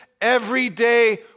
everyday